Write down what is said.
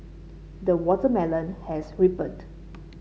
the watermelon has ripened